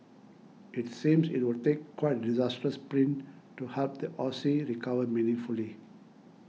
it seems it would take quite disastrous print to help the Aussie recovered meaningfully